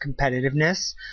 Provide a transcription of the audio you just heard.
competitiveness